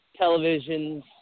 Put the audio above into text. televisions